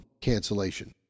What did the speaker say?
cancellation